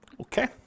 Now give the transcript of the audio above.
Okay